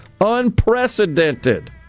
Unprecedented